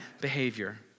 behavior